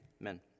Amen